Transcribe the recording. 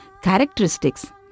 characteristics